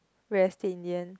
real estate in the end